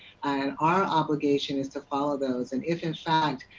and, our obligation is to follow those, and if in fact,